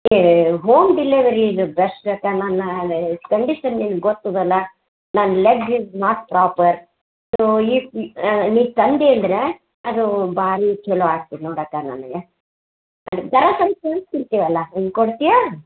ಹೇ home delivery ಇದ್ರೆ best ಕಣಣ್ಣ ಹೇ ಖಂಡಿತ ನಿಮ್ಗೆ ಗೊತ್ತದಲ್ಲ ನನ್ನ leg is not proper so ನೀ ತಂದು ಎಂದ್ರೆ ಅದೂ ಬಾರಿ ಚಲೋ ಆಗ್ತದ ನೋಡಿ ಅಕ್ಕ ನನಗೆ ಅದನ್ನ ಕೊಡ್ತೀಯಾ